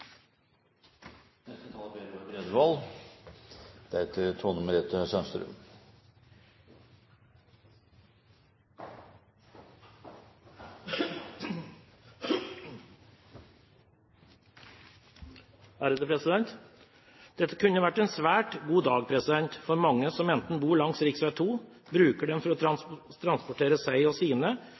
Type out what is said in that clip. Dette kunne vært en svært god dag for mange som enten bor langs rv. 2 eller bruker den for å transportere seg og sine,